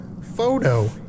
photo